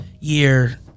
year